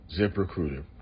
ZipRecruiter